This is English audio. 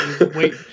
Wait